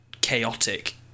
chaotic